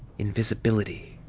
invisibility.